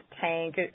tank